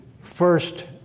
first